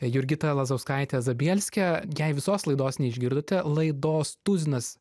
jurgita lazauskaite zabielske jei visos laidos neišgirdote laidos tuzinas